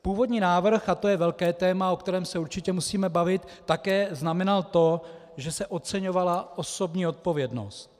Původní návrh, a to je velké téma, o kterém se určitě musíme bavit, také znamenal to, že se oceňovala osobní odpovědnost.